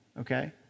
okay